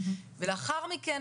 לאחר מכן,